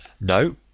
No